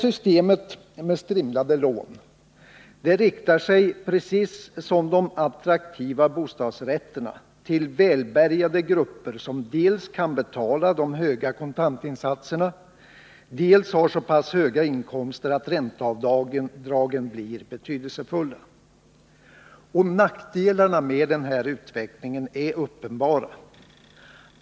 Systemet med ”strimlade” lån riktar sig, precis som de attraktiva bostadsrätterna, till välbärgade grupper, som dels kan betala de höga kontantinsatserna, dels har så pass höga inkomster att ränteavdragen blir betydelsefulla. Nackdelarna med denna utveckling är uppenbara.